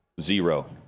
Zero